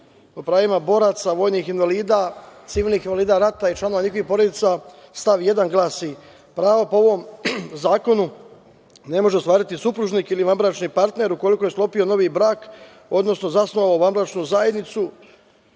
o pravima boraca, vojnih invalida, civilnih invalida rata i članova njihovih porodica, stav 1. glasi – pravo po ovom zakonu ne može ostvariti supružnik ili vanbračni partner ukoliko je sklopio novi brak odnosno zasnovao vanbračnu zajednicu,